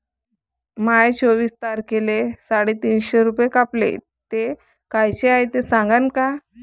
माये चोवीस तारखेले साडेतीनशे रूपे कापले, ते कायचे हाय ते सांगान का?